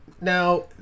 Now